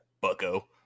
bucko